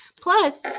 plus